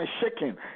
shaking